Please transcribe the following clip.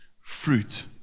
fruit